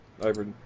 over